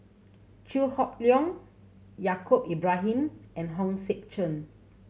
Chew Hock Leong Yaacob Ibrahim and Hong Sek Chern